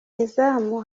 izamu